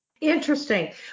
Interesting